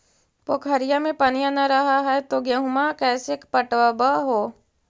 पोखरिया मे पनिया न रह है तो गेहुमा कैसे पटअब हो?